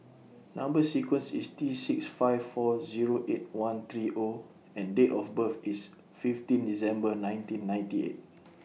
Number sequence IS T six five four Zero eight one three O and Date of birth IS fifteen December nineteen ninety eight